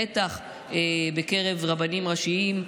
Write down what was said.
בטח בקרב רבנים ראשיים,